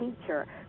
teacher